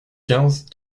quinze